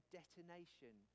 detonation